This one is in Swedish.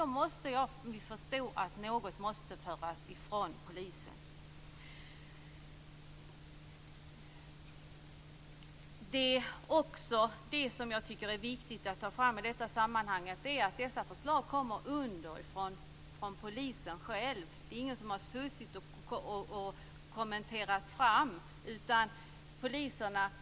Vi måste förstå att något måste föras bort från polisen. Viktigt att ta fram i detta sammanhang är också att dessa förslag kommer underifrån, från polisen själv. Det är ingen som har kommenderat fram dem.